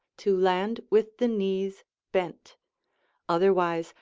to land with the knees bent otherwise,